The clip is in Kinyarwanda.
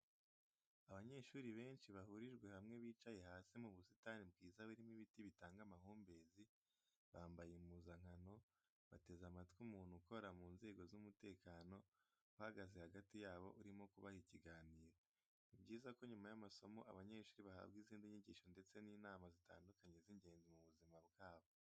Abanyeshuri benshi bahurijwe hamwe bicaye hasi mu busitani bwiza burimo ibiti bitanga amahumbezi, bambaye impuzankano bateze amatwi umuntu ukora mu nzego z'umutekano uhagaze hagati yabo urimo kubaha ikiganiro. Ni byiza ko nyuma y'amasomo abanyeshuri bahabwa izindi nyigisho ndetse n'inama zitandukanye z'ingenzi mu buzima bwabo.